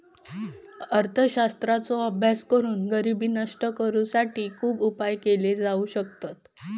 अर्थशास्त्राचो अभ्यास करून गरिबी नष्ट करुसाठी खुप उपाय केले जाउ शकतत